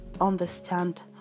understand